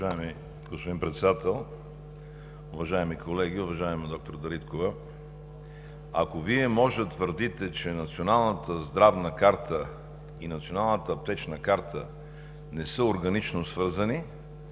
Уважаеми господин Председател, уважаеми колеги! Уважаема доктор Дариткова, ако Вие може да твърдите, че Националната здравна карта и Националната аптечна карта не са органично свързани